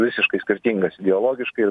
visiškai skirtingas ideologiškai